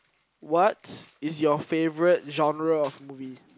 what is your favourite genre of movie